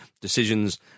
decisions